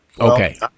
Okay